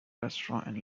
restaurant